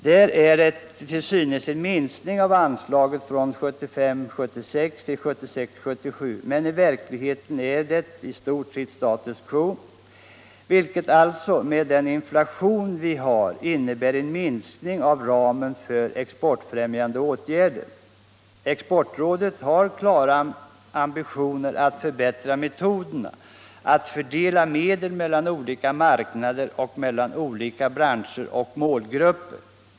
Där är det till synes en minskning av anslagen från 1975 77, men i verkligheten är det i stort sett status quo, vilket alltså med den inflation vi har innebär en minskning av ramen för exportfrämjande åtgärder. Exportrådet har klara ambitioner att förbättra metoderna, att fördela medel mellan olika marknader och mellan olika branscher och målgrupper.